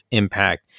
impact